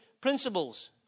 principles